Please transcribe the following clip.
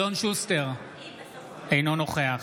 אינו נוכח